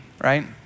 right